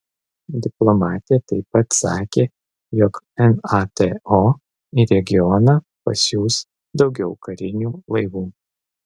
diplomatė taip pat sakė jog nato į regioną pasiųs daugiau karinių laivų